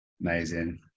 amazing